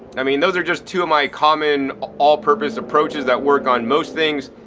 i mean, those are just two of my common all-purpose approaches that work on most things.